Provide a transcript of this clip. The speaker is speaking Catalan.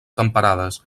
temperades